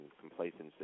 complacency